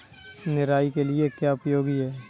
निराई के लिए क्या उपयोगी है?